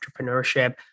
entrepreneurship